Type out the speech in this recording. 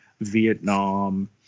Vietnam